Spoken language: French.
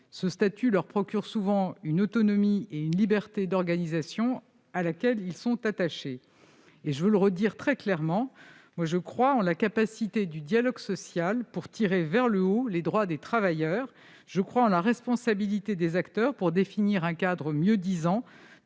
qui leur procure souvent une autonomie et une liberté d'organisation à laquelle ils sont attachés. Je crois en la capacité du dialogue social à tirer vers le haut les droits des travailleurs. Je crois en la responsabilité des acteurs pour définir un cadre mieux-disant,